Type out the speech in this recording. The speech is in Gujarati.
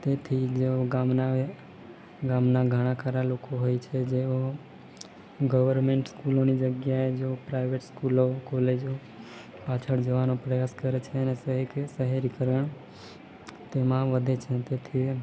તેથી જેઓ ગામના એ ગામના ઘણા ખરા લોકો હોય છે જેઓ ગવર્મેન્ટ સ્કૂલોની જગ્યાએ જો પ્રાઇવેટ સ્કૂલો કોલેજો પાછળ જવાનો પ્રયાસ કરે છે અને સહેક શહેરીકરણ તેમાં વધે છે અને તેથી